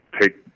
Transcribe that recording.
take